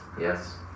Yes